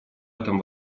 этом